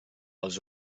als